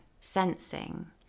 sensing